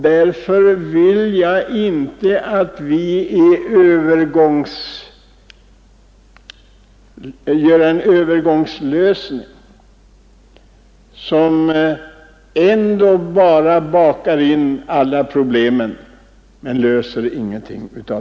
Därför är jag emot en övergångslösning som ändå bara konserverar alla problem.